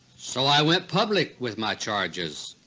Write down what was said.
so i went public with my charges.